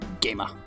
Gamer